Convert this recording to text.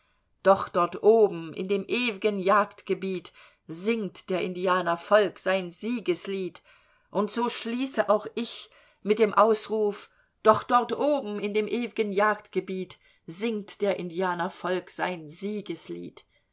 doch dort oben in dem ew'gen jagdgebiet singt der indianer volk sein siegeslied und so schließe auch ich mit dem ausruf doch dort oben in dem ew'gen jagdgebiet singt der indianer volk sein siegeslied